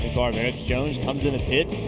erik jones comes into pits.